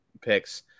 picks